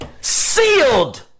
Sealed